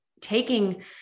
taking